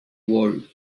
world